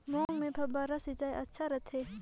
मूंग मे फव्वारा सिंचाई अच्छा रथे?